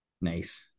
nice